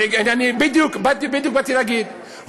בדיוק באתי להגיד.